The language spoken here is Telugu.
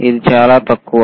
ఇది చాలా తక్కువ